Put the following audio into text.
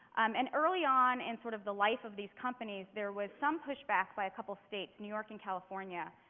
um and early on in sort of the life of these companies, there was some push back by a couple states, new york and california.